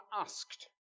asked